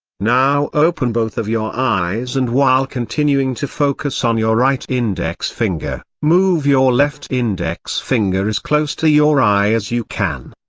now open both of your eyes and while continuing to focus on your right index finger, move your left index finger as close to your eye as you can.